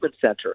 center